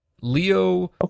Leo